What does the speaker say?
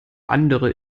andere